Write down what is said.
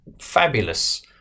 fabulous